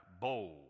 bow